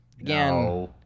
again